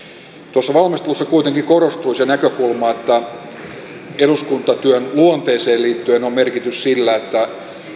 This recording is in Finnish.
tuoda valmistelussa kuitenkin korostui se näkökulma että eduskuntatyön luonteeseen liittyen on merkitys sillä että